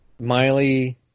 Miley